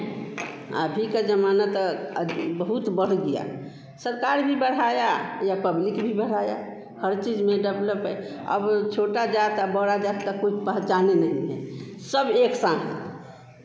अभी का ज़माना तो बहुत बढ़ गया सरकार भी बढ़ाया या पब्लिक भी बढ़ाया हर चीज़ में डेवलप है अब छोटा जात बड़ा जात का कोई पहचाने नहीं है सब एक साथ